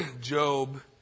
Job